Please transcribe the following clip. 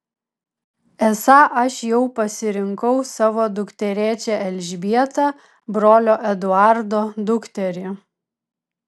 esą aš jau pasirinkau savo dukterėčią elžbietą brolio eduardo dukterį